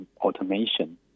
automation